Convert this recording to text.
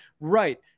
Right